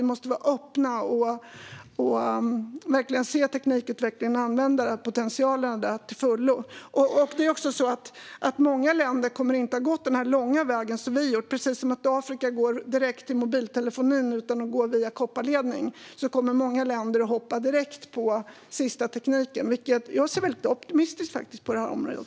Vi måste vara öppna och verkligen se teknikutvecklingen och använda dess potential till fullo. Många länder kommer heller inte att ha gått den långa väg som vi har gjort. Precis som att man i Afrika går direkt till mobiltelefoni utan att gå via kopparledning kommer många länder att hoppa på den senaste tekniken direkt. Jag ser faktiskt väldigt optimistiskt på det här området.